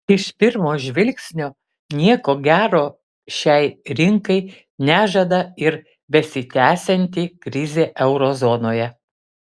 iš pirmo žvilgsnio nieko gero šiai rinkai nežada ir besitęsianti krizė euro zonoje